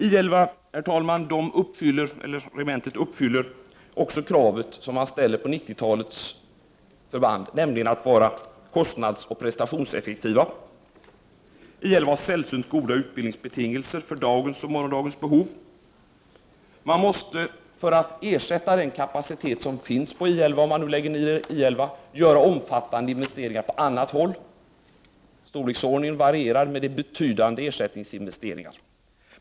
I 11 uppfyller också kravet som man ställer på 1990-talets förband att vara kostnadsoch prestationseffektiva. I 11 har sällsynt goda utbildningsbetingelser för dagens och morgondagens behov. Man måste för att ersätta den kapacitet som finns på I 11, om man lägger ned, göra omfattande investeringar på annat håll. Storleksordningen varierar, men det är fråga om betydande ersättningsinvesteringar.